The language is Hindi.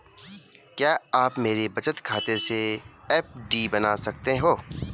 क्या आप मेरे बचत खाते से एफ.डी बना सकते हो?